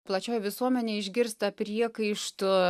plačioj visuomenėj išgirsta priekaištų